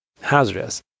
hazardous